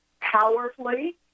powerfully